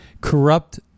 corrupt